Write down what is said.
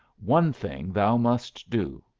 one thing thou must do.